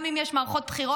גם אם יש מערכות בחירות,